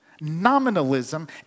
Nominalism